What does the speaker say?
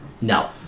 No